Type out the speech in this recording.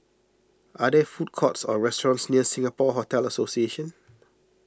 are there food courts or restaurants near Singapore Hotel Association